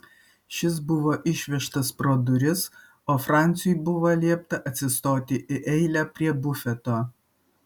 šis buvo išvežtas pro duris o franciui buvo liepta atsistoti į eilę prie bufeto